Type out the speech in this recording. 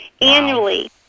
annually